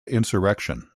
insurrection